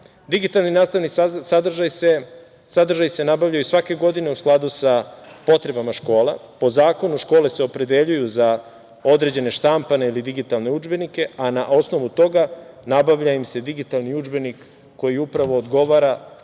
nastavni sadržaji se nabavljaju svake godine u skladu sa potrebama škola. Po zakonu, škole se opredeljuju za određene štampane ili digitalne udžbenike, a na osnovu toga nabavlja im se digitalni udžbenik koji upravo odgovara odabranom